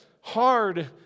hard